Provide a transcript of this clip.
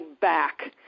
back